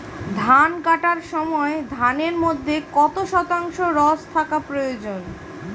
ধান কাটার সময় ধানের মধ্যে কত শতাংশ রস থাকা প্রয়োজন?